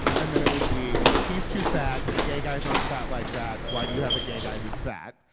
and then it would be, he's too fat. gay guys aren't fat like that. why do you have a gay guy who's fat?